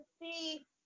see